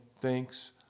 thinks